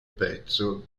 pezzo